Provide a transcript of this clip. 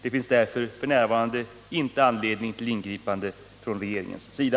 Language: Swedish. Det finns därför f.n. inte anledning till ingripanden från regeringens sida.